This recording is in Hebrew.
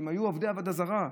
שהיו עובדי עבודה זרה,